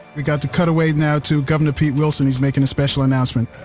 we got to cut away now to governor pete wilson. he's making a special announcement.